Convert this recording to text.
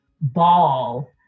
ball